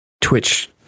twitch